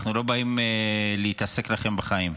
אנחנו לא באים להתעסק לכם בחיים.